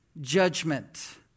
judgment